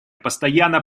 постоянно